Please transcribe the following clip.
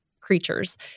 creatures